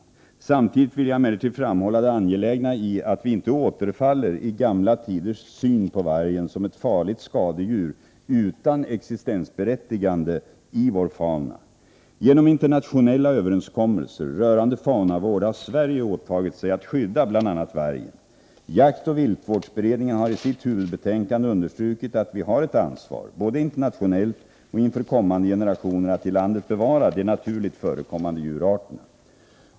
Samtidigt vill jag emellertid framhålla det angelägna i att vi inte återfaller i gamla tiders syn på vargen som ett farligt skadedjur utan existensberättigande i vår fauna. Genom internationella överenskommelser rörande faunavård har Sverige åtagit sig att skydda bl.a. vargen. Jaktoch viltvårdsberedningen har i sitt huvudbetänkande understrukit att vi har ett ansvar, både internationellt och inför kommande generationer, att i landet bevara de naturligt förekommande djurarterna.